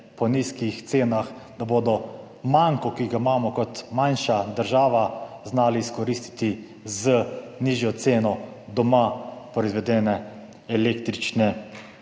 po nizkih cenah, da bodo manko, ki ga imamo kot manjša država, znali izkoristiti z nižjo ceno doma proizvedene električne